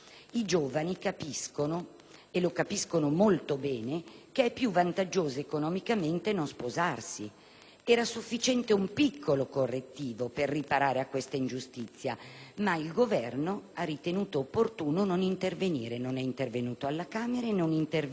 e lo capiscono molto bene - che è più vantaggioso economicamente non sposarsi. Era sufficiente un piccolo correttivo per riparare a questa ingiustizia, ma il Governo ha ritenuto opportuno non intervenire: non è intervenuto alla Camera e non interviene qui al Senato.